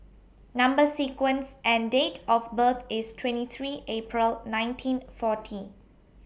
Number sequence and Date of birth IS twenty three April nineteen forty